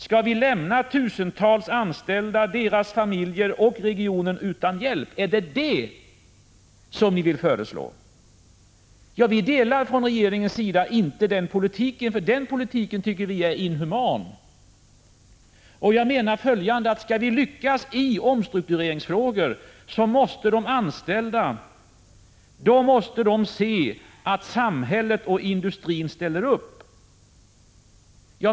Skall vi lämna tusentals anställda, deras familjer och regionen utan hjälp? Är det det som ni — Prot. 1985/86:155 vill föreslå? Vi delar från regeringens sida inte uppfattningen att man skall 29 maj 1986 föra en sådan politik, för vi tycker att den politiken är inhuman. Skall vi lyckas i omstruktureringsfrågor, så måste de anställda se att samhället och industrin ställer upp.